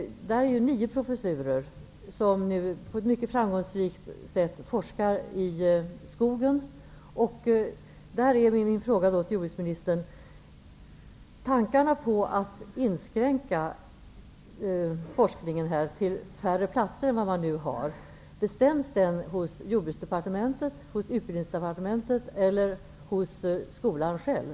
Där har man nio professurer, och forskningen bedrivs nu på ett mycket framgångsrikt sätt på skogsområdet. Min fråga till jordbruksministern gäller tankarna på att inskränka forskningen i Garpenberg till färre platser än man nu har. Bestäms detta hos Utbildningsdepartementet eller hos skolan själv?